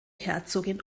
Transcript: herzogin